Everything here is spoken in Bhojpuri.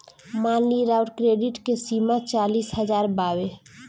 मान ली राउर क्रेडीट के सीमा चालीस हज़ार बावे